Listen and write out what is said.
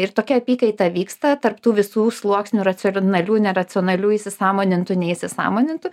ir tokia apykaita vyksta tarp tų visų sluoksnių racionalių neracionalių įsisąmonintų neįsisąmonintų